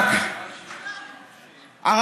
מה?